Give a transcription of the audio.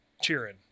cheering